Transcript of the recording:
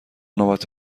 نوبت